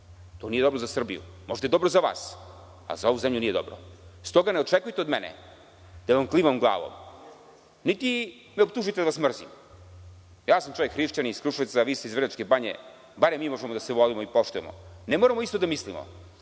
To nije dobro za Srbiju. Možda je dobro za vas, a za ovu zemlju nije dobro. Stoga ne očekujte od mene da vam klimam glavom, niti da me optužujete da vas mrzim. Čovek sam hrišćanin iz Kruševca, vi ste iz Vrnjačke Banje, barem mi možemo da se volimo i poštujemo. Ne moramo isto da mislimo.